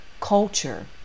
culture